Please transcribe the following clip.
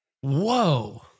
Whoa